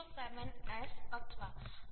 7S લખી શકીએ છીએ